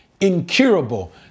incurable